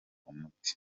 umuti